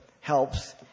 helps